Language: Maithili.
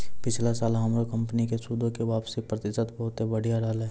पिछला साल हमरो कंपनी के सूदो के वापसी प्रतिशत बहुते बढ़िया रहलै